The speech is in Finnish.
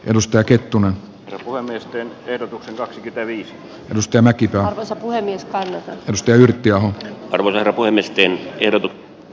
monisteen mukaisen epäluottamuslause ehdotuksen taakse ei peri rystä näkikö osa puhemies pystyy jo ruder voimistin ehdota